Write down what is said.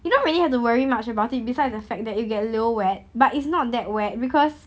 you don't really have to worry much about it besides the fact that it'll get a little wet but it's not that wet because